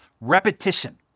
Repetition